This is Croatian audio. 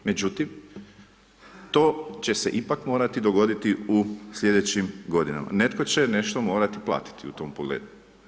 Međutim, to će se ipak, morati dogoditi u sljedećim godinama, netko će nešto morati platiti u tom pogledu.